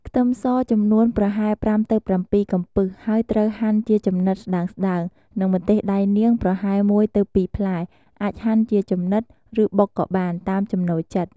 ខ្ទឹមស ចំនួនប្រហែល ៥ទៅ៧ កំពឹស ហើយត្រូវហាន់ជាចំណិតស្តើងៗ និងម្ទេសដៃនាង ប្រហែល១ ទៅ ២ផ្លែ អាចហាន់ជាចំណិត ឬបុកក៏បាន តាមចំណូលចិត្ត។